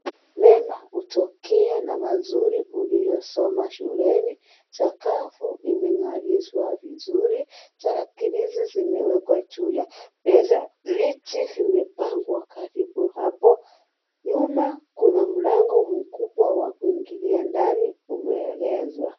Mema hutokea na mazuri uliyosoma shuleni . Sakafu imengarishwa vizuri. Tarakilishi zimewekwa juu ya meza .Viti vimepangwa karibu hapo. Nyuma kuna mlango mkubwa wa kuingilia ndani iliyoegezwa.